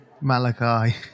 Malachi